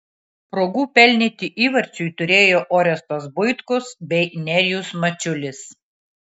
progų pelnyti įvarčiui turėjo orestas buitkus bei nerijus mačiulis